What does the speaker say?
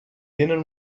tenen